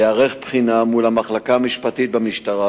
תיערך בחינה מול המחלקה המשפטית במשטרה